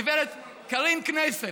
גברת קארין קנייסל,